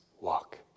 walk